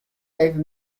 efkes